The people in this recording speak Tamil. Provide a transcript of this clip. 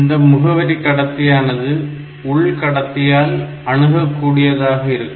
இந்த முகவரி கடத்தியானது உள் கடத்தியால் அணுகக்கூடியதாக இருக்கும்